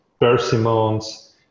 persimmons